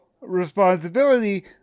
responsibility